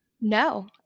No